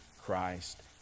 Christ